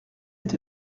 est